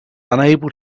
unable